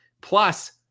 Plus